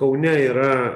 kaune yra